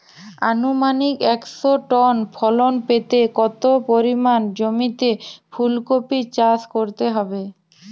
আনুমানিক একশো টন ফলন পেতে কত পরিমাণ জমিতে ফুলকপির চাষ করতে হবে?